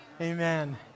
Amen